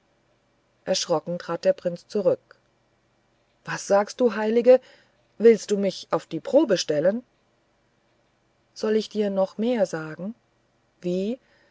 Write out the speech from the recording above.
erschrocken trat der prinz zurück was sagst du heilige willst du mich auf die probe stellen soll ich dir noch mehr sagen wie